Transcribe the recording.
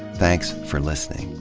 thanks for listening.